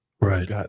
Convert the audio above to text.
Right